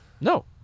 No